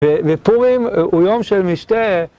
ופורים הוא יום של משתה